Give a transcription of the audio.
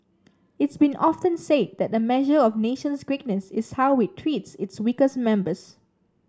it's been often said that a measure of nation's greatness is how it treats its weakest members